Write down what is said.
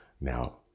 Now